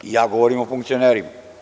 Ja govorim o funkcionerima.